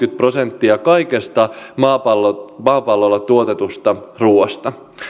prosenttia kaikesta maapallolla maapallolla tuotetusta ruuasta